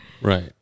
Right